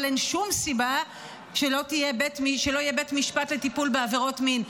אבל אין בית משפט לטיפול בעבירות מין.